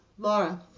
Laura